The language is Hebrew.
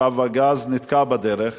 עכשיו הגז נתקע בדרך.